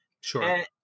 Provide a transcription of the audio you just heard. Sure